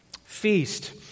feast